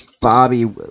Bobby